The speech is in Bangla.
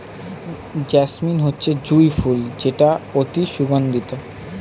জেসমিন হচ্ছে জুঁই ফুল যেটা অতি সুগন্ধিত